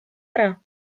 ära